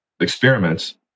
experiments